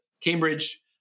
Cambridge